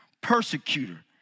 persecutor